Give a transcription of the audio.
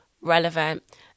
relevant